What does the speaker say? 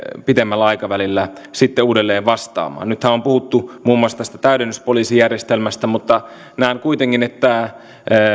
pitemmällä aikavälillä sitten uudelleen vastaamaan nythän on puhuttu muun muassa tästä täydennyspoliisijärjestelmästä mutta näen kuitenkin että